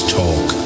talk